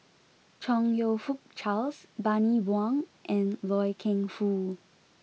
Chong you Fook Charles Bani Buang and Loy Keng Foo